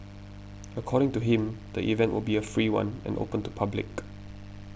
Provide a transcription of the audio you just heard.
according to him the event will be a free one and open to public